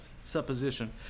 supposition